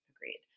Agreed